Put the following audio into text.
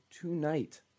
Tonight